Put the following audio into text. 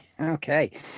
Okay